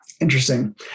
Interesting